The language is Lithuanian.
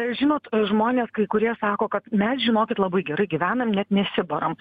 žinot žmonės kai kurie sako kad mes žinokit labai gerai gyvenam net nesibaram